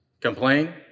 complain